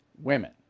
women